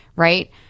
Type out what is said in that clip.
Right